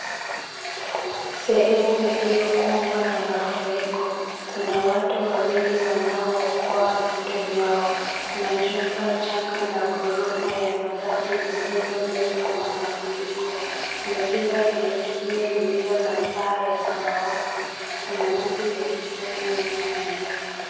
Sehemu iliyokumbwa na mafuriko. Kuna watu wawili wanaookoa vitu vyao. Kuna jumba chaka la ghorofa ya mabati lililomezwa kwa mafuriko. Kuna jumba lilingine lililo la paa ya samawati, kuna viti vya kijani nje ya nyumba.